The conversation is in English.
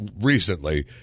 recently